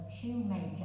shoemaker